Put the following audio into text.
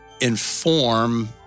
inform